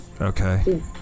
Okay